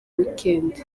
weekend